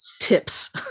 tips